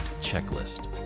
checklist